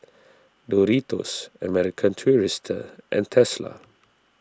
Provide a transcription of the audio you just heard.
Doritos American Tourister and Tesla